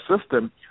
system